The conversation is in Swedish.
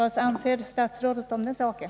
Vad anser statsrådet om den saken?